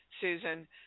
Susan